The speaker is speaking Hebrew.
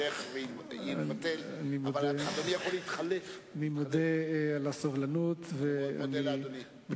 אני יכול לומר שהחוויה שלי מול הלשכה המשפטית של הכנסת